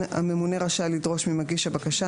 הממונה רשאי לדרוש ממגשי הבקשה,